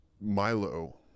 Milo